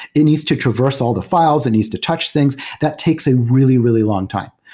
it needs to traverse all the f iles, it needs to touch things. that takes a really, really long time.